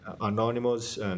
anonymous